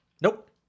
Nope